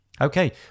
Okay